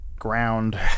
ground